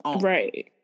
right